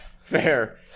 Fair